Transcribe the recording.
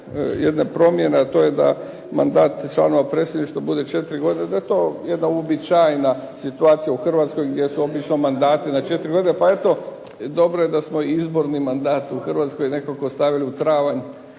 jedne promjene a to je da mandat članova predsjedništva bude četiri godine da je to jedna uobičajena situacija u Hrvatskoj gdje su obično mandati na četiri godine, pa eto dobro da smo izborni mandat u Hrvatskoj nekako stavili u travanj